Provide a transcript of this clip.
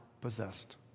possessed